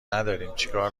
نداریم، چیکار